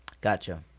Gotcha